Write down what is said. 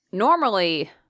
Normally